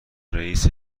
رئیس